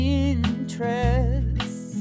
interests